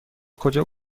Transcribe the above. کجا